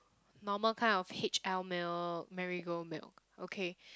normal kind of H_L milk Mari-Gold milk okay